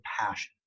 passion